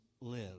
live